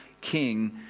king